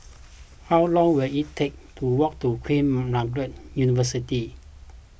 how long will it take to walk to Queen Margaret University